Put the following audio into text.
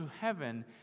heaven